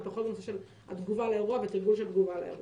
אבל פחות בנושא של התגובה לאירוע ותרגול של התגובה לאירוע.